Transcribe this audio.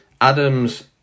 Adams